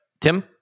Tim